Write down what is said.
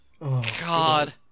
God